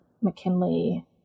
McKinley